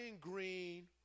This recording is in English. Green